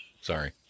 Sorry